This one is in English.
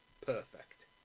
perfect